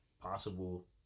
possible